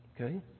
Okay